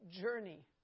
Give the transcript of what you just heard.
journey